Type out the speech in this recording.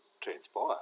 transpire